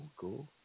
Cool